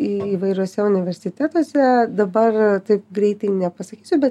įvairiuose universitetuose dabar taip greitai nepasakysiu bet